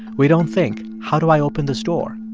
we don't think, how do i open this door?